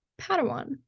padawan